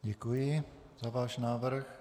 Děkuji za váš návrh.